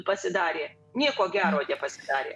pasidarė nieko gero nepasidarė